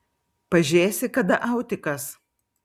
pažėsi kada autikas